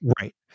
right